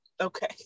Okay